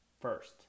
first